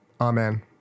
Amen